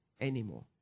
anymore